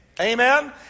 Amen